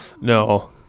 No